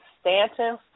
Stanton